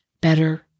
better